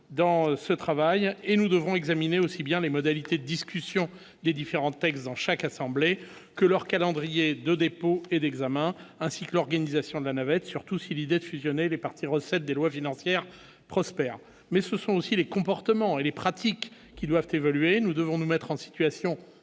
dans ce travail et nous devrons examiner aussi bien les modalités discussions des différents textes dans chaque assemblée que leur calendrier de dépôts et d'examen ainsi que l'organisation de la navette, surtout si l'idée de fusionner des parties recette des lois financières prospère, mais ce sont aussi les comportements et les pratiques qui doivent évoluer, nous devons nous mettre en situation